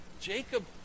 Jacob